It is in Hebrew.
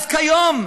אז כיום,